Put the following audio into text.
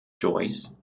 joyce